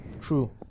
True